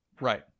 Right